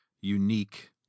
unique